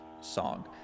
song